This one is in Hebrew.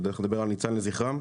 אתה בטח מדבר על 'ניצן לזכרם'?